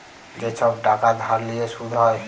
যে ছব টাকা ধার লিঁয়ে সুদ হ্যয়